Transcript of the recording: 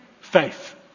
Faith